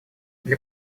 для